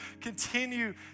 continue